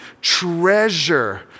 treasure